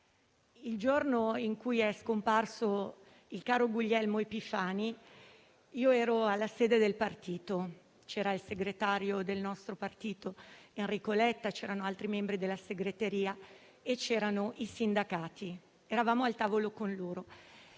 il giorno in cui è scomparso il caro Guglielmo Epifani ero alla sede del partito, c'erano il segretario del nostro partito Enrico Letta e altri membri della segreteria e dei sindacati. Eravamo al tavolo con loro